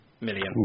million